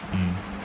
mm